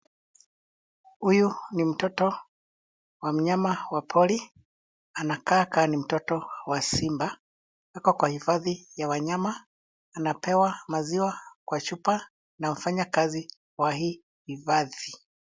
Huyu ni mtoto wa mnyama wa pori. Anakaa ka ni mtoto wa simba. Ako kwa hifadhi ya wanyama. Anapewa maziwa kwa chupa na mfanyakazi wa hii hifadhi.